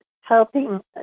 helping